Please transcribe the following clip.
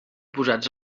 posats